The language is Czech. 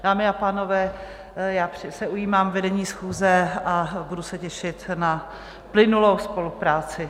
Dámy a pánové, já se ujímám vedení schůze a budu se těšit na plynulou spolupráci.